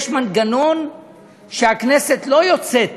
יש מנגנון שהכנסת לא יוצאת